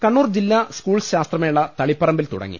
കണ്ണൂർ ജില്ലാ സ്കൂൾ ശാസ്ത്രമേള തളിപ്പറമ്പിൽ തുടങ്ങി